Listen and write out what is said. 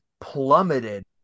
plummeted